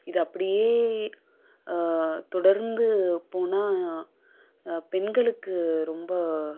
இது அப்படியே தொடர்ந்து போனால் பெண்களுக்கு ரொம்ப